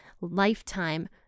lifetime